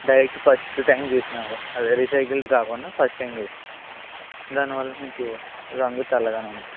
direct first time చేసిన అది రీసైకిల్ది కాకుండా ఫస్ట్ టైం చేసినవి దాని వల్ల మీకు రంగు తెల్లగా ఉంటుంది